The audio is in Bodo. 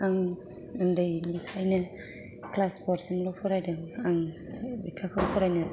आं उन्दैनिफ्रायनो क्लास फर सिमल' फरायदों आं लेखाखौ फरायनो